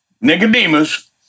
Nicodemus